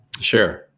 Sure